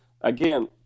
again